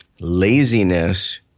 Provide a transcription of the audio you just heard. Laziness